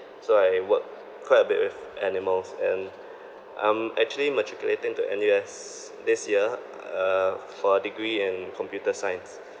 so I work quite a bit with animals and I'm actually matriculating to N_U_S this year uh for a degree in computer science